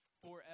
forever